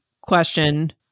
question